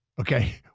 Okay